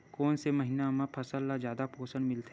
कोन से महीना म फसल ल जादा पोषण मिलथे?